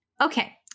Okay